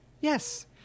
Yes